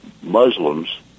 Muslims